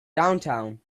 downtown